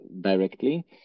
directly